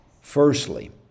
Firstly